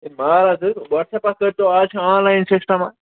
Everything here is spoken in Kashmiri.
ہے بار حظ واٹس ایپَس کٔرۍتو اَز چھِ آن لاین سِسٹَماہ